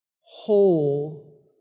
whole